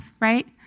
right